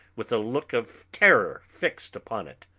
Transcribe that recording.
with a look of terror fixed upon it.